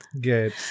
Good